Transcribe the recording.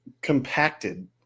compacted